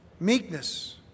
Meekness